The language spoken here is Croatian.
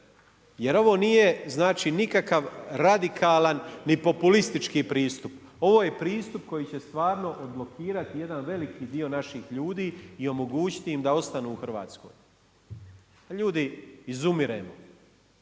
Jer ovo nije, znači nikakav radikalan ni populistički pristup. Ovo je pristup koji će stvarno odblokirati jedan veliki dio naših ljudi i omogućiti im da ostanu u Hrvatskoj. Ljudi izumiremo.